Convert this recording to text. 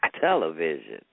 television